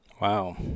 Wow